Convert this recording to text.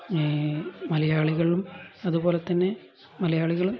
മലയാളികളിലും അതുപോലെത്തന്നെ മലയാളികളും